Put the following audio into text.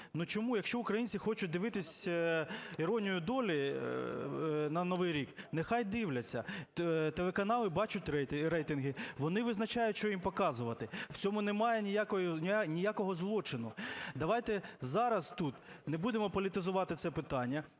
Ну чому? Якщо українці хочуть дивитися "Іронію долі" на Новий рік, нехай дивляться, телеканали бачать рейтинги, вони визначають, що їм показувати, в цьому немає ніякого злочину. Давайте зараз тут не будемо політизувати це питання